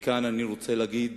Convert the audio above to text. כאן אני רוצה להגיד